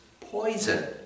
poison